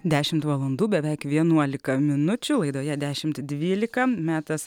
dešimt valandų beveik vienuolika minučių laidoje dešimt dvylika metas